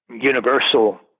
universal